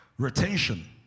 Retention